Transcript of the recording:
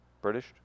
British